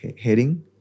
heading